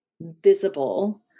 visible